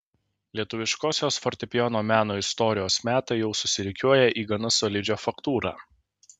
lietuviškosios fortepijono meno istorijos metai jau susirikiuoja į gana solidžią faktūrą